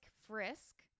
Frisk